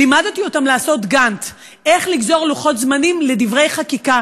לימדתי אותם לעשות "גאנט" לגזור לוחות זמנים לדברי חקיקה,